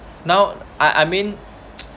now I I mean